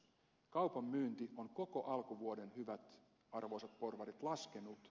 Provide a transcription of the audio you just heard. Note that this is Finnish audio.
kaupan myynti on koko alkuvuoden hyvät arvoisat porvarit laskenut